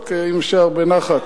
רק אם אפשר בנחת.